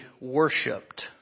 worshipped